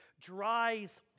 dries